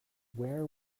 where